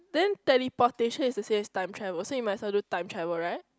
then teleportation is the same as time travel so you might as well do time travel [right]